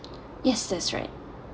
yes that's right